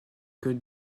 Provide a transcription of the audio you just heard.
que